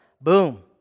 boom